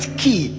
key